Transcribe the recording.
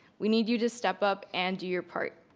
we need you to step up and do your part.